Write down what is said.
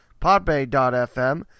Podbay.fm